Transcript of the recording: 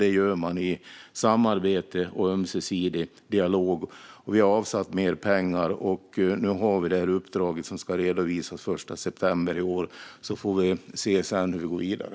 Det gör man i samarbete och ömsesidig dialog. Vi har avsatt mer pengar. Vi har nu dessutom det uppdrag som ska redovisas den 1 september i år. Sedan får vi se hur vi går vidare.